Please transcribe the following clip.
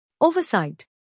Oversight